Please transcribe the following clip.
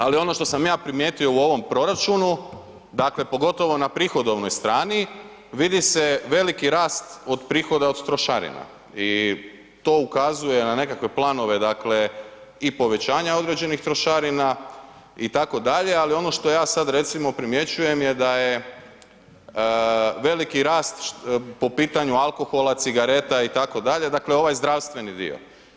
Ali ono što sam ja primijetio u ovom proračunu, pogotovo na prihodovnoj strani vidi se veliki rast od prihoda od trošarina i to ukazuje na nekakve planove i povećanja određenih trošarina itd., ali ono što ja sada recimo primjećujem je da je veliki rast po pitanju alkohola, cigareta itd., dakle ovaj zdravstveni dio.